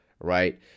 right